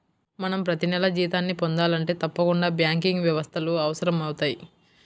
మనం ప్రతినెలా జీతాన్ని పొందాలంటే తప్పకుండా బ్యాంకింగ్ వ్యవస్థలు అవసరమవుతయ్